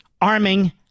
arming